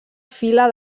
fila